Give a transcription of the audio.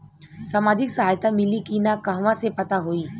सामाजिक सहायता मिली कि ना कहवा से पता होयी?